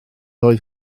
oedd